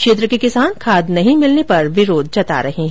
क्षेत्र के किसान खाद नहीं मिलने पर विरोध जता रहे हैं